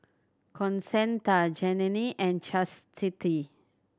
Concetta Janene and Chastity